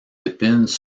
épines